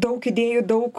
daug idėjų daug